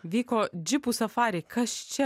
vyko džipų safariai kas čia